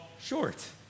short